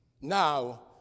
Now